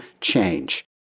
change